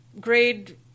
Grade